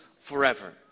forever